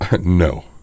No